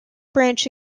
branch